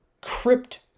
crypt